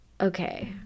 Okay